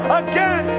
again